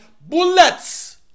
bullets